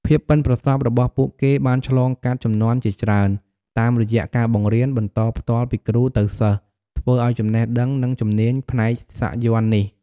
ភាពប៉ិនប្រសប់របស់ពួកគេបានឆ្លងកាត់ជំនាន់ជាច្រើន តាមរយៈការបង្រៀន បន្តផ្ទាល់ពីគ្រូទៅសិស្ស ធ្វើឲ្យចំណេះដឹង និងជំនាញផ្នែកសាក់យ័ន្តនេះ។